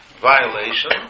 violation